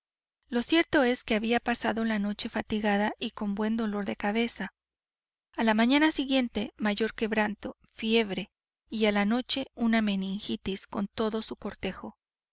lo cierto es que había pasado la noche fatigada y con buen dolor de cabeza a la mañana siguiente mayor quebranto fiebre y a la noche una meningitis con todo su cortejo